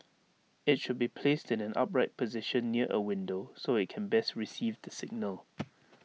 IT should be placed in an upright position near A window so IT can best receive the signal